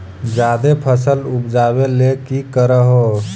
जादे फसल उपजाबे ले की कर हो?